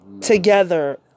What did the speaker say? together